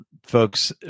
Folks